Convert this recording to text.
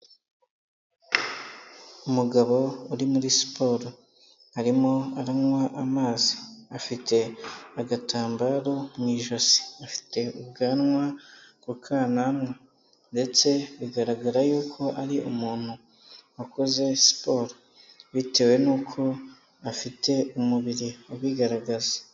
Umugabo uri muri siporo, arimo aranywa amazi, afite agatambaro mu ijosi, afite ubwanwa ku kananwa ndetse bigaragara yuko ari umuntu wakoze siporo, bitewe nuko afite umubiri ubigaragaza.